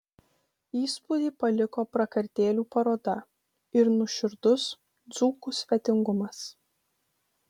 įspūdį paliko prakartėlių paroda ir nuoširdus dzūkų svetingumas